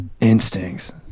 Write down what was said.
instincts